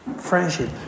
friendship